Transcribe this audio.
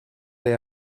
they